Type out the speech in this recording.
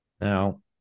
Now